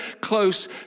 close